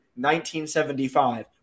1975